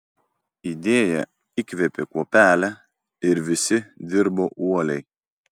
idėja įkvėpė kuopelę ir visi dirbo uoliai